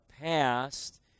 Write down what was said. past